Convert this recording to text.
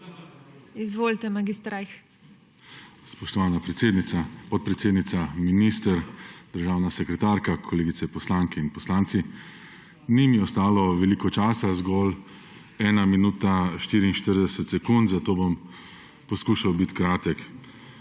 RAJH (PS SAB):** Spoštovana podpredsednica, minister, državna sekretarka, kolegice poslanke in poslanci! Ni mi ostalo veliko časa, zgolj ena minuta 44 sekund, zato bom poskušal biti kratek.